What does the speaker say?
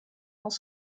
dans